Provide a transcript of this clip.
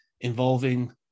involving